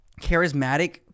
charismatic